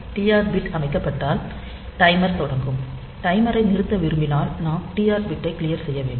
TR bit அமைக்கப்பட்டால் timer தொடங்கும் டைமரை நிறுத்த விரும்பினால் நாம் டிஆர் பிட்டை க்ளியர் செய்ய வேண்டும்